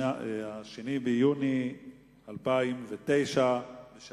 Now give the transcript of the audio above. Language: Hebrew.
2 ביוני 2009,